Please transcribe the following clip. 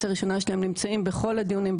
הראשונה שלהם נמצאים בכל הדיונים,